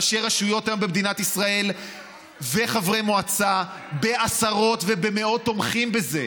ראשי רשויות היום במדינת ישראל וחברי מועצה בעשרות ובמאות תומכים בזה.